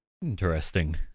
interesting